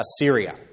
Assyria